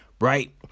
right